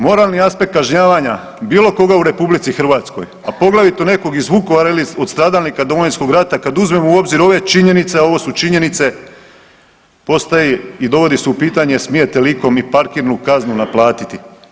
Moralni aspekt kažnjavanja bilo koga u RH, a poglavito nekog iz Vukovara ili od stradalnika Domovinskog rata kad uzmemo u obzir ove činjenice, a ovo su činjenice postaje i dovodi se u pitanje smijete li ikom i parkirnu kaznu naplatiti.